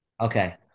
Okay